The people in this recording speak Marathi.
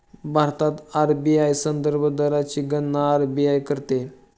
भारतात आर.बी.आय संदर्भ दरची गणना आर.बी.आय करते